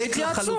אבל התייעצו.